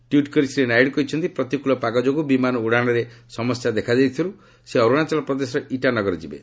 tweet କରି ଶ୍ରୀ ନାଇଡୁ କହିଛନ୍ତି ପ୍ରତିକୂଳ ପାଗ ଯୋଗୁଁ ବିମାନ ଉଡ଼ାଣରେ ସମସ୍ୟା ଦେଖାଦେଇଥିବାରୁ ସେ ଅରୁଣାଚଳ ପ୍ରଦେଶର ଇଟା ନଗର ଯିବେ